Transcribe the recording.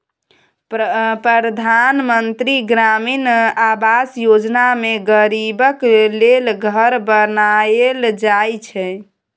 परधान मन्त्री ग्रामीण आबास योजना मे गरीबक लेल घर बनाएल जाइ छै